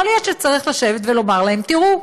יכול להיות שצריך לשבת ולומר להן: תראו,